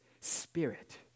Spirit